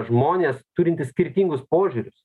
žmonės turintys skirtingus požiūrius